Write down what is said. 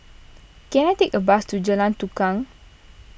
can I take a bus to Jalan Tukang